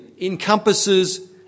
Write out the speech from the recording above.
encompasses